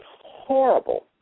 horrible